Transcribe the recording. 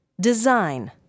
Design